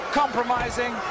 compromising